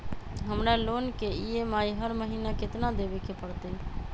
हमरा लोन के ई.एम.आई हर महिना केतना देबे के परतई?